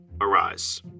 arise